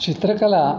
चित्रकला